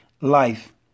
Life